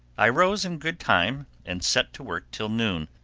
i rose in good time, and set to work till noon,